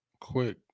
quick